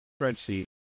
spreadsheet